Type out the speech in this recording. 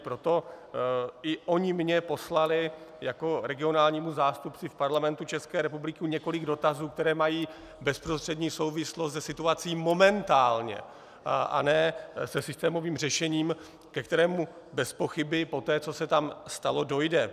Proto i oni mně poslali jako regionálnímu zástupci Parlamentu České republiky několik dotazů, které mají bezprostřední souvislost se situací momentálně , a ne se systémovým řešením, ke kterému bezpochyby poté, co se tam stalo, dojde.